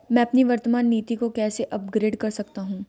मैं अपनी वर्तमान नीति को कैसे अपग्रेड कर सकता हूँ?